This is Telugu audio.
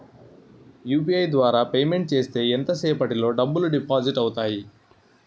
యు.పి.ఐ ద్వారా పేమెంట్ చేస్తే ఎంత సేపటిలో డబ్బులు డిపాజిట్ అవుతాయి?